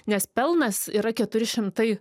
nes pelnas yra keturi šimtai